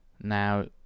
Now